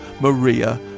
Maria